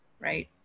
right